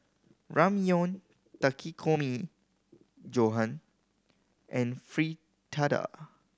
Ramyeon Takikomi Gohan and Fritada